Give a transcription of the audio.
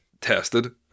tested